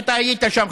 ואתה היית שם,